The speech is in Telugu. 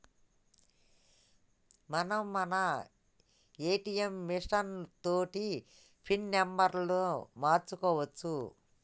మనం మన ఏటీఎం మిషన్ తోటి పిన్ నెంబర్ను మార్చుకోవచ్చు